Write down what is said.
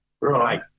right